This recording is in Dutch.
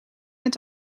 met